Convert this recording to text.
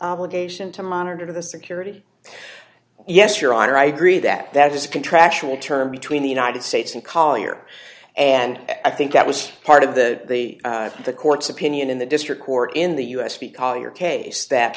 obligation to monitor the security yes your honor i agree that that is a contractual term between the united states and collier and i think that was part of the the court's opinion in the district court in the u s because your case that